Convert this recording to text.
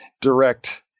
direct